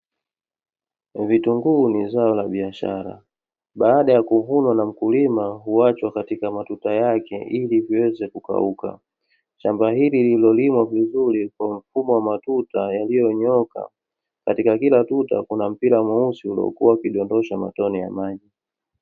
Vitunguu ni zao la biashara badaa ya kuvunwa na mkulima huachwa katika matuta yake ili viweze kukaua, shamba hili lilolimwa vizuri kwa mfumo wa matuta yalionyooka katika kila tuta kuna mpira mweusi uliokuwa ukidondosha matone ya maji.